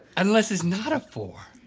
unless it's not a four.